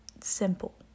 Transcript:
simple